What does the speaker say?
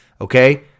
Okay